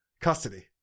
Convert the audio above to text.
custody